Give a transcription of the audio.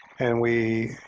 and we,